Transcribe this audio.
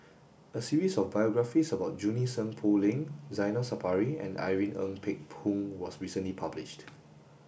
a series of biographies about Junie Sng Poh Leng Zainal Sapari and Irene Ng Phek Hoong was recently published